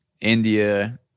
India